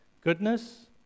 goodness